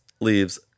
leaves